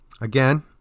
Again